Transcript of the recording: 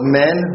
men